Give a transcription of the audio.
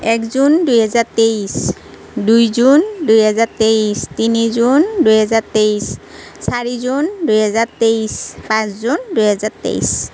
এক জুন দুইহাজাৰ তেইছ দুই জুন দুই হাজাৰ তেইছ তিনি জুন দুই হাজাৰ তেইছ চাৰি জুন দুই হাজাৰ তেইছ পাঁচ জুন দুই হাজাৰ তেইছ